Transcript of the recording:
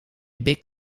big